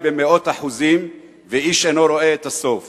במאות אחוזים ואיש אינו רואה את הסוף.